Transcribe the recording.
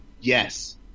Yes